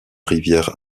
rivière